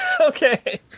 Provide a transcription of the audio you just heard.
Okay